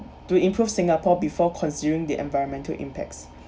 to improve singapore before consuming the environmental impacts